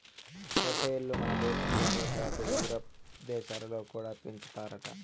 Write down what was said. పొట్టేల్లు మనదేశంలోనే కాదు యూరోప్ దేశాలలో కూడా పెంచుతారట